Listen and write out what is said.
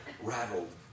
rattled